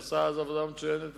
עשה אז עבודה מצוינת,